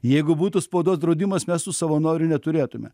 jeigu būtų spaudos draudimas mes tų savanorių neturėtume